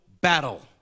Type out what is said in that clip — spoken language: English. battle